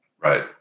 Right